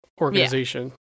organization